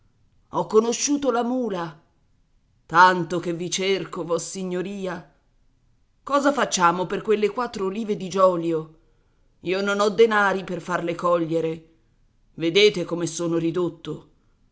ho conosciuto la mula tanto che vi cerco vossignoria cosa facciamo per quelle quattro olive di giolio io non ho denari per farle cogliere vedete come sono ridotto